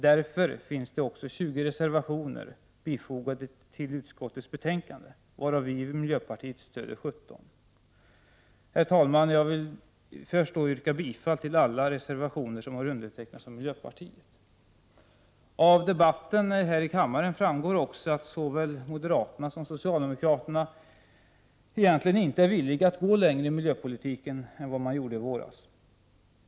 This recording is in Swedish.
Därför finns det också 20 reservationer fogade till utskottets betänkande, varav vi i miljöpartiet stöder 17. Herr talman! Jag yrkar bifall till alla reservationer där miljöpartister finns med. 113 Av debatten här i kammaren framgår att såväl moderaterna som socialdemokraterna egentligen inte är villiga att gå längre när det gäller miljöpolitiken än vad de gjorde i våras.